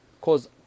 cause